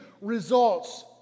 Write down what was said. results